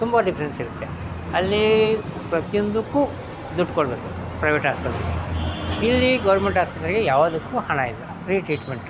ತುಂಬ ಡಿಫ್ರೆನ್ಸ್ ಇರುತ್ತೆ ಅಲ್ಲಿ ಪ್ರತಿಯೊಂದಕ್ಕೂ ದುಡ್ಡು ಕೊಡಬೇಕು ಪ್ರೈವೇಟ್ ಆಸ್ಪತ್ರೆಲಿ ಇಲ್ಲಿ ಗೋರ್ಮೆಂಟ್ ಆಸ್ಪತ್ರೆಗೆ ಯಾವುದಕ್ಕು ಹಣ ಇಲ್ಲ ಫ್ರೀ ಟ್ರೀಟ್ಮೆಂಟು